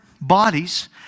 bodies